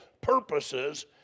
purposes